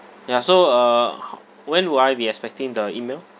ya so uh when will I be expecting the email